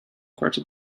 quarto